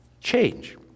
Change